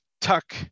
tuck